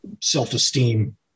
self-esteem